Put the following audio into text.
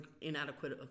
inadequate